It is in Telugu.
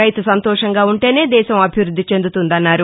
రైతు సంతోషంగా ఉంటేనే దేశం అభివృద్ధి చెందుతుందన్నారు